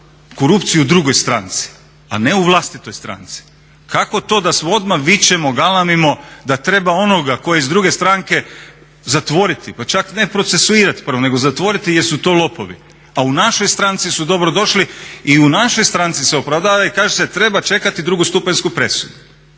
korupciju u drugoj stranci, a ne u vlastitoj stranci. Kako to da odmah vičemo, galamimo da treba onoga tko je iz druge stranke zatvoriti, pa čak ne procesuirati prvo nego zatvoriti jer su to lopovi, a u našoj stranci su dobrodošli i u našoj stranci se opravdavaju i kažete treba čekati drugostupanjsku presudu.